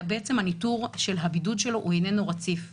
והניטור של הבידוד שלו הוא איננו רציף.